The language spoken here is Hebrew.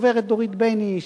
הגברת דורית בייניש,